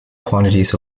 quantities